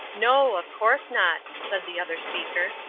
no, of course not, said the other speaker.